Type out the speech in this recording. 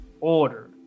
order